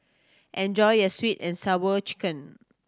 enjoy your Sweet And Sour Chicken